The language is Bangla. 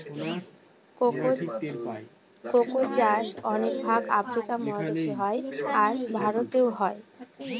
কোকো চাষ অনেক ভাগ আফ্রিকা মহাদেশে হয়, আর ভারতেও হয়